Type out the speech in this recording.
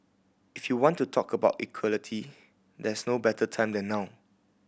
if you want to talk about equality there's no better time than now